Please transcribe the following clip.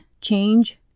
change